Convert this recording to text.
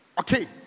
Okay